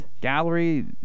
Gallery